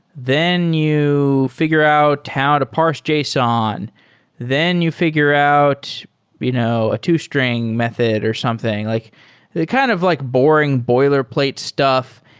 then you figure out how to parse json. then you figure out you know a two string method or something. like the kind of like boring boilerplate stuff.